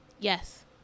Yes